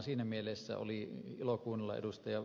siinä mielessä oli ilo kuunnella ed